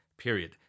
period